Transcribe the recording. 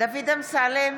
דוד אמסלם,